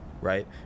Right